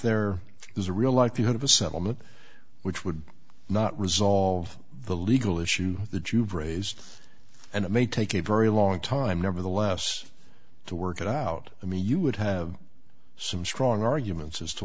there is a real likelihood of a settlement which would not resolve the legal issues that you've raised and it may take a very long time nevertheless to work it out i mean you would have some strong arguments as to